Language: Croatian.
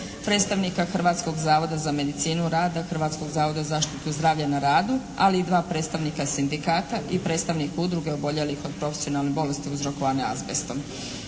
predstavnika Hrvatskog zavoda za medicinu rada, Hrvatskog zavoda za zaštitu zdravlja na radu, ali i dva predstavnika sindikata i predstavnik Udruge oboljelih od profesionalne bolesti uzrokovane azbestom.